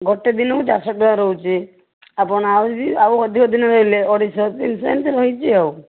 ଗୋଟେ ଦିନକୁ ଚାରିଶହ ଟଙ୍କା ରହୁଛି ଆପଣ ଆଉ ଆଉ ଅଧିକ ଦିନ ରହିଲେ ଅଢ଼େଇଶହ ତିନିଶହ ଏମିତି ରହିଛି ଆଉ